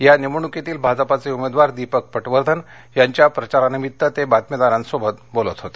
या निवडणुकीतील भाजपाचे उमेदवार दीपक पटवर्धन यांच्या प्रचारानिमित्त ते बातमीदारांसोबत बोलत होते